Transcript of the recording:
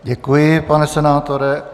Děkuji, pane senátore.